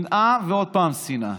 שנאה, ועוד פעם שנאה.